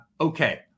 okay